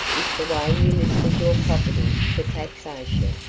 is the way you listed your property for taxation.